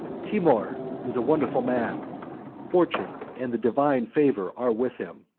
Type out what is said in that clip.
timour is a wonderful man fortune and the divine favor are with him.